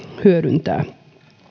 hyödyntää